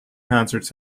concerts